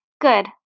Good